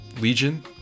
Legion